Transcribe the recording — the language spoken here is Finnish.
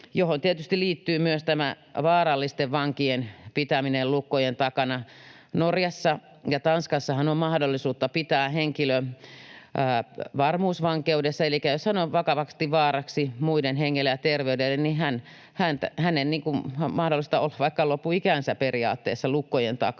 johon tietysti liittyy myös tämä vaarallisten vankien pitäminen lukkojen takana. Norjassa ja Tanskassahan on mahdollisuus pitää henkilö varmuusvankeudessa, elikkä jos hän on vakavasti vaaraksi muiden hengelle ja terveydelle, hänen on mahdollista olla periaatteessa vaikka loppuikänsä lukkojen takana.